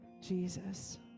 Jesus